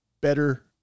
better